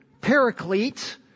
paraclete